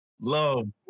love